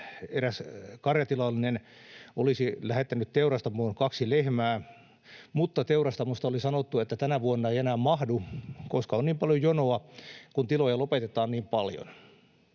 eräs karjatilallinen olisi lähettänyt teurastamoon kaksi lehmää, mutta teurastamosta oli sanottu, että tänä vuonna ei enää mahdu, koska on niin paljon jonoa, kun tiloja lopetetaan niin paljon.